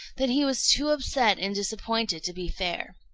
that he was too upset and disappointed to be fair.